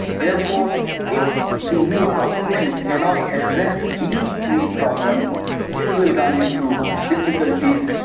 therefore if the new government cannot address these three problems it will run into difficulties,